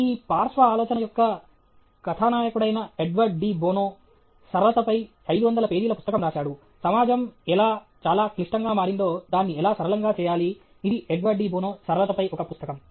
ఈ పార్శ్వ ఆలోచన యొక్క కథానాయకుడైన ఎడ్వర్డ్ డి బోనో సరళతపై 500 పేజీల పుస్తకం రాశాడు సమాజం ఎలా చాలా క్లిష్టంగా మారిందో దాన్ని ఎలా సరళంగా చేయాలి ఇది ఎడ్వర్డ్ డి బోనో సరళతపై ఒక పుస్తకం